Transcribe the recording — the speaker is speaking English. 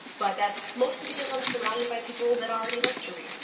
but that's mostly because i'm surrounded by people that already like to read.